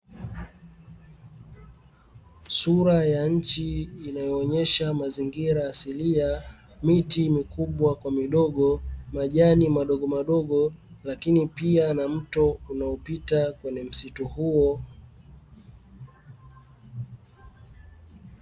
Sura ya nchi inayoonyesha mazingira ya asilia, miti mikubwa kwa midogo, majani madogo madogo lakini pia na mto unaopita kwenye msitu huo.